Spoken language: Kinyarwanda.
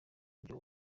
uburyo